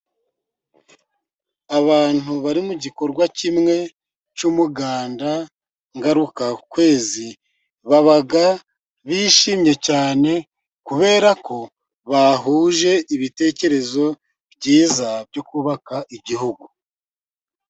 Abantu bari mu gikorwa kimwe cy'umuganda ngarukakwezi, baba bishimye cyane kubera ko bahuje ibitekerezo byiza byo kubaka Igihugu.